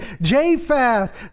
Japheth